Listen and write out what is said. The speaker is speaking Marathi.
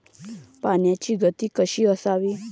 पाण्याची गती कशी असावी?